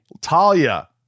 talia